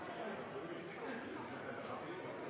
hadde en